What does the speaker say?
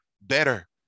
better